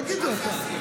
תגיד אתה.